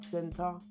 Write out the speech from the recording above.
Center